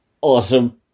awesome